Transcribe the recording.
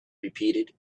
repeated